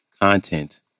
content